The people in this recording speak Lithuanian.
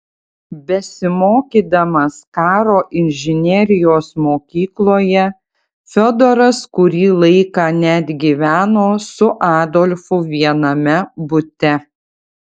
besimokydamas karo inžinerijos mokykloje fiodoras kurį laiką net gyveno su adolfu viename bute